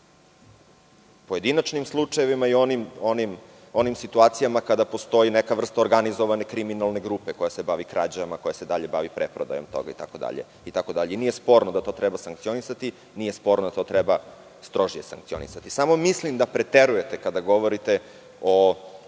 pojedinačnim slučajevima i onim situacijama kada postoji neka vrsta organizovane kriminalne grupe koja se bavi krađama, koja se dalje bavi preprodajom toga itd, itd. I nije sporno da to treba sankcionisati, nije sporno da to treba strožije sankcionisati. Samo mislim da preterujete kada govorite o